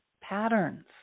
patterns